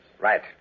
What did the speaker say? Right